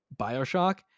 bioshock